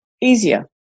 easier